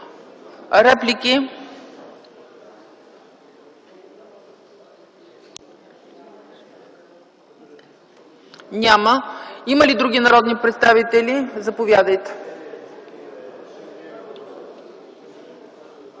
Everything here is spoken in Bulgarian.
Реплики? Няма. Има ли други народни представители? Заповядайте.